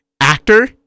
Actor